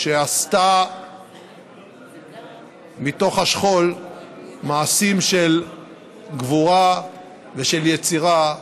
שעשתה מתוך השכול מעשים של גבורה ושל יצירה,